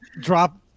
Drop